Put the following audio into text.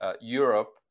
Europe